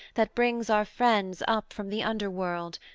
that brings our friends up from the underworld,